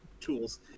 tools